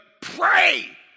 pray